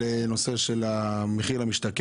שהגשתי בשבוע שעבר על הנושא של מחיר למשתכן,